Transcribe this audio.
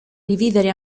rivivere